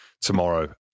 tomorrow